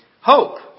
hope